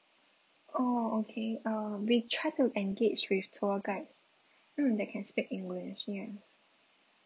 oh okay um we try to engage with tour guide mm that can speak english yes